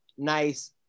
Nice